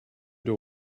that